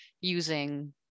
using